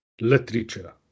literature